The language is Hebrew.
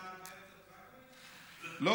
אתה,